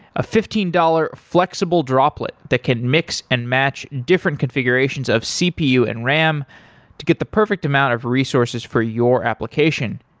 a fifteen dollars flexible droplet that can mix and match different configurations of cpu and ram to get the perfect amount of resources for your application.